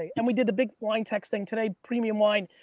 and we did the big wine texting today. premium wine.